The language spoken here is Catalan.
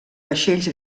vaixells